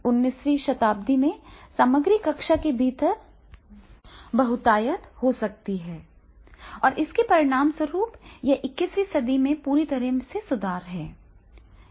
उन्नीसवीं शताब्दी में सामग्री कक्षा के भीतर बहुतायत हो सकती है और इसके परिणामस्वरूप यह इक्कीसवीं सदी में पूरी तरह से सुधार है